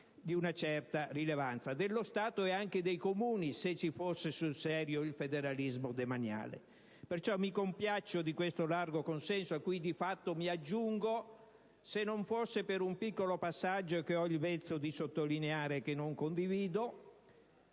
di una certa rilevanza. Diritto dello Stato, dicevo, ma anche dei Comuni, se ci fosse sul serio il federalismo demaniale. Mi compiaccio di questo largo consenso, a cui di fatto mi aggiungo, se non fosse per un piccolo passaggio, che ho il vezzo di sottolineare, che non condivido.